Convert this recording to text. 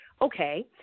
okay